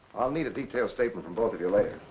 i'll need a detailed statement from both of you later.